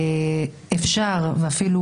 אפשר ואפילו,